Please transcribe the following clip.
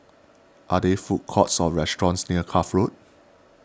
are there food courts or restaurants near Cuff Road